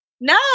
no